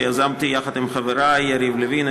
שיזמתי יחד עם חברי יריב לוין,